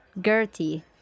Gertie